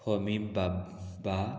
Homi Baba